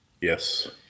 Yes